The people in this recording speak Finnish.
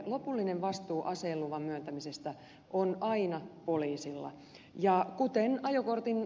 lopullinen vastuu aseluvan myöntämisestä on aina poliisilla